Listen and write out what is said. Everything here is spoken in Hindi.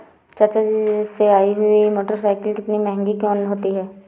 चाचा जी विदेश से आई हुई मोटरसाइकिल इतनी महंगी क्यों होती है?